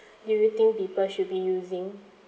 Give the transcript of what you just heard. do you think people should be using